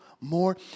more